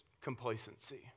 complacency